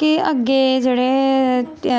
कि अग्गे जेह्ड़े